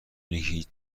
هیچ